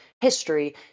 history